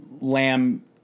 lamb